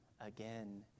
again